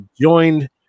joined